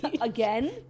Again